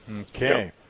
Okay